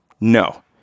No